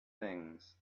things